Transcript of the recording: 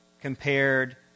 compared